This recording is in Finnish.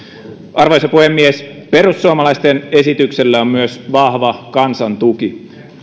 arvoisa puhemies perussuomalaisten esityksellä on myös vahva kansan tuki